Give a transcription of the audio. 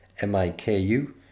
M-I-K-U